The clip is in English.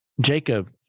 Jacob